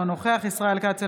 אינו נוכח ישראל כץ,